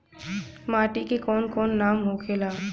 माटी के कौन कौन नाम होखे ला?